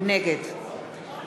נגד